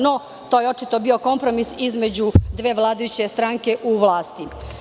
No, to je očito bio kompromis između dve vladajuće stranke u vlasti.